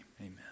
amen